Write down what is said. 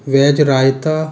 veg रायता